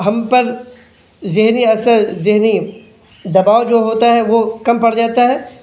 ہم پر ذہنی اثر ذہنی دباؤ جو ہوتا ہے وہ کم پڑ جاتا ہے